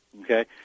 okay